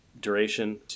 duration